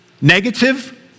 Negative